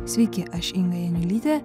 sveiki aš inga janiulytė